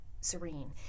serene